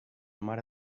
mare